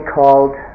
called